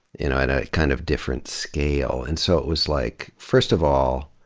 in a kind of different scale. and so it was like, first of all,